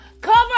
Cover